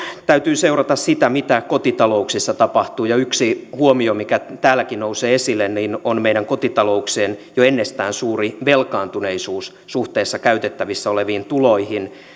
täytyy seurata mitä kotitalouksissa tapahtuu ja yksi huomio mikä täälläkin nousee esille on meidän kotitalouksiemme jo ennestään suuri velkaantuneisuus suhteessa käytettävissä oleviin tuloihin